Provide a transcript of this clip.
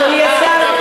אדוני השר,